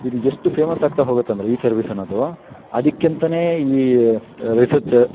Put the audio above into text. ಇದು ಎಷ್ಟು ಫೇಮಸ್ ಆಗ್ತಾ ಹೋಗುತ್ತಂದ್ರೆ ಈ ಸರ್ವಿಸ್ ಅನ್ನೋದು ಅದಕ್ಕಂತನೇ ಈ ರಿಸರ್ಚ್